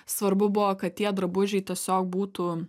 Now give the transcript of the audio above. svarbu buvo kad tie drabužiai tiesiog būtų